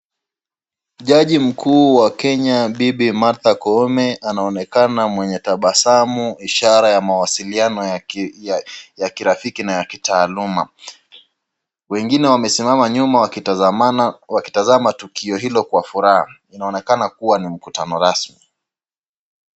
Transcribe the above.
Jaji mkuu wa Kenya Bibi Martha koome anaonekana mwenye tabasamu, ishara ya mawasiliano ya kirafiki na ya kitaaluma. Wengine wamesimama nyuma wakitazamana, wakitazama tukio hilo kwa furaha. Inaonekana kuwa ni mkutano rasmi.